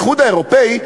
באיחוד האירופי,